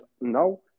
now